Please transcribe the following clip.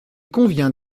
convient